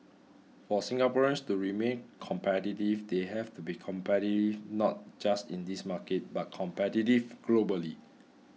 for Singaporeans to remain competitive they have to be competitive not just in this market but competitive globally